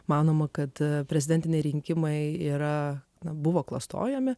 manoma kad prezidentiniai rinkimai yra nebuvo klastojami